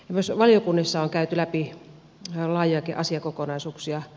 myös valiokunnissa on käyty läpi laajojakin asiakokonaisuuksia